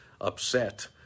upset